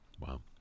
Wow